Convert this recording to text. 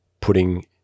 putting